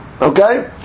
Okay